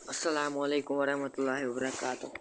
اسلامُ علیکم ورحمتہ االلہ وَبَرکاتہ